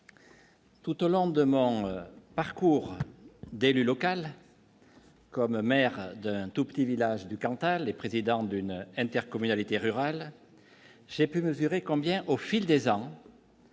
Tout Hollande demande parcours d'élu local. Comme maire d'un tout petit village du Cantal et président d'une intercommunalité rurale, j'ai pu mesurer combien au fil des ans.